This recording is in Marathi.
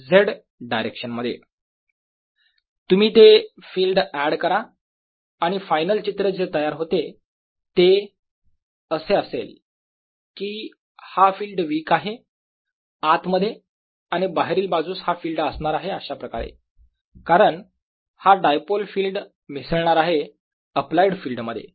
p4π3R3P4π33eK20E0z तुम्ही ते फिल्ड एड करा आणि फायनल चित्र जे तयार होते ते असे असेल की हा फिल्ड वीक आहे आत मध्ये आणि बाहेरील बाजूस हा फिल्ड असणार आहे अशाप्रकारे कारण हा डायपोल फिल्ड मिसळणार आहे अप्लाइड फील्डमध्ये